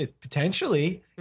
potentially